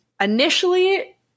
initially